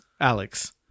Alex